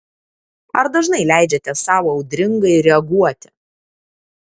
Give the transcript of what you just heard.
ar dažnai leidžiate sau audringai reaguoti